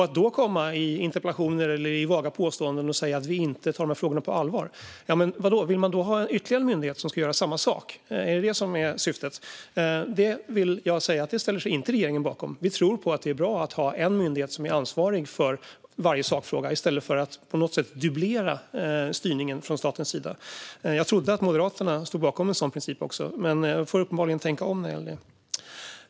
Att i interpellationer eller i vaga påståenden hävda att vi inte tar frågorna på allvar gör att jag undrar om man vill ha ytterligare en myndighet som ska göra samma sak. Är det syftet? Det ställer sig inte regeringen bakom. Vi tror på att det är bra att en myndighet är ansvarig för varje sakfråga i stället för att dubblera styrningen från statens sida. Jag trodde att Moderaterna stod bakom en sådan princip, men jag får uppenbarligen tänka om.